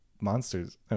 monsters